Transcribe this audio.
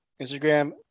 Instagram